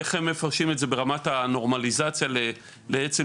איך הם מפרשים את זה ברמת הנורמליזציה לשימוש,